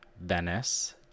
Venice